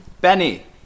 Benny